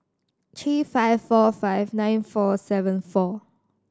three five four five nine four seven four